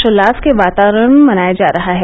ोल्लास के वातावरण में मनाया जा रहा है